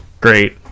Great